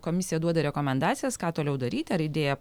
komisija duoda rekomendacijas ką toliau daryti ar idėją